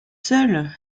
seul